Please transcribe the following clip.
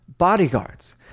bodyguards